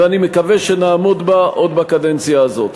ואני מקווה שנעמוד בה עוד בקדנציה הזאת.